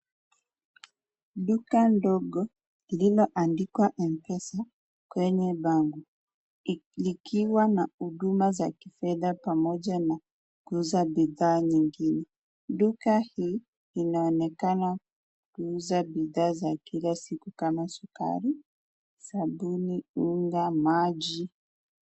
Duka ndogo lililoandikwa Mpesa kwenye bango likiwa na huduma za kifedha pamoja na kuuza bidhaa nyingine. Duka hii inaonekana kuuza bidhaa za kila siku kama: sukari, sabuni, unga, maji.